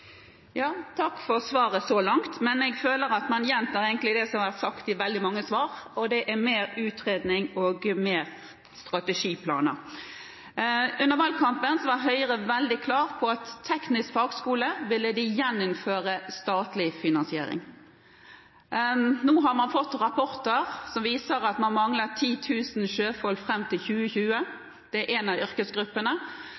Takk for svaret så langt, men jeg føler at man gjentar det som har vært sagt i veldig mange svar, og det er mer utredning og flere strategiplaner. Under valgkampen var Høyre veldig klar på at de ville gjeninnføre statlig finansiering for teknisk fagskole. Nå har man fått rapporter som viser at man mangler 10 000 sjøfolk fram til